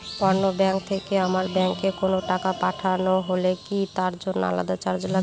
অন্য ব্যাংক থেকে আমার ব্যাংকে কোনো টাকা পাঠানো হলে কি তার জন্য আলাদা চার্জ লাগে?